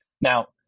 Now